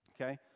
Okay